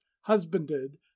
husbanded